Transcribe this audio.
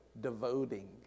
devoting